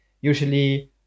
Usually